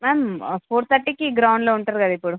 ma'am four థర్టీకి గ్రౌండ్లో ఉంటారు కదా ఇప్పుడు